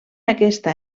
aquesta